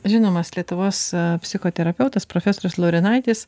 žinomas lietuvos psichoterapeutas profesorius laurinaitis